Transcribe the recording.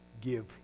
give